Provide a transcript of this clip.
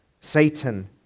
Satan